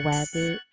Wabbit